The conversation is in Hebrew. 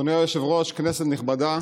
אדוני היושב-ראש, כנסת נכבדה,